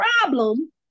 problem